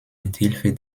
mithilfe